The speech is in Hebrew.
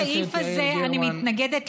לכן הסעיף הזה, אני מתנגדת לו.